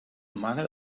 mangel